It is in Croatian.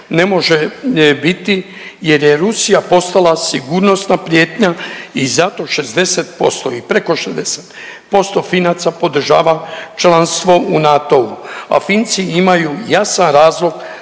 ne može biti jer je Rusija postala sigurnosna prijetnja i zato 60% i preko 60% Finaca podržava članstvo u NATO-u, a Finci imaju jasan razlog